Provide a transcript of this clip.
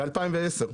ב-2010.